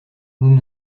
nous